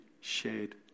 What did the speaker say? shared